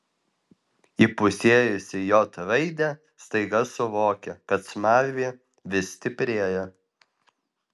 įpusėjusi j raidę staiga suvokė kad smarvė vis stiprėja